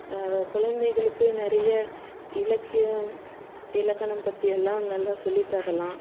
கொழந்தைகளுக்கு நிறைய இலக்கியம் இலக்கணம் பற்றியெல்லாம் நல்லா சொல்லித்தரலாம்